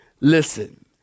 Listen